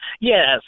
Yes